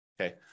Okay